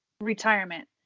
retirement